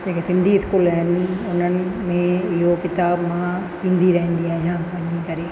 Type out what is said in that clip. जेके सिंधी स्कूल आहिनि उन्हनि में इहो किताबु मां ॾींदी रहंदी आहियां इन करे